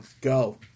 Go